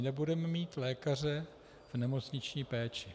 Nebudeme mít lékaře v nemocniční péči.